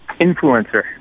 Influencer